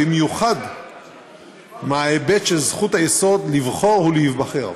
במיוחד בהיבט של זכות היסוד לבחור ולהיבחר.